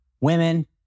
women